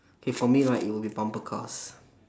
okay for me right it will be bumper cars